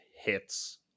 hits